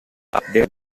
after